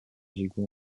diego